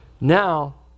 Now